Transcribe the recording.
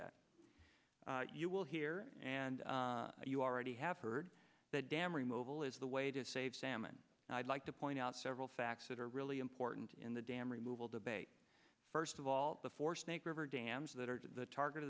that you will hear and you already have heard the dam removal is the way to save salmon and i'd like to point out several facts that are really important in the dam removal debate first of all the four snake river dams that are the target